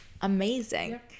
amazing